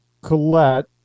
Colette